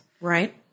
Right